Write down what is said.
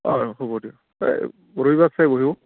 অঁ হ'ব দিয়ক এই ৰবিবাৰ চাই বহোঁ